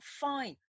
fine